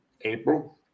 April